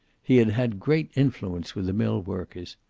he had had great influence with the millworkers.